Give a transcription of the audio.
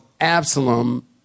Absalom